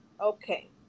okay